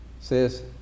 says